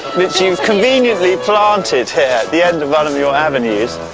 which you've conveniently planted here at the end of one of your avenues.